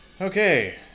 Okay